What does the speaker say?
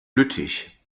lüttich